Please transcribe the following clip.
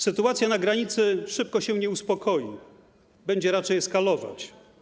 Sytuacja na granicy szybko się nie uspokoi, będzie raczej eskalować.